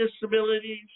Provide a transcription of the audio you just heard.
disabilities